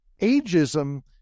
ageism